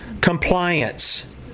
compliance